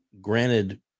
granted